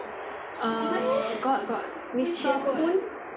err got got mister poon